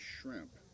shrimp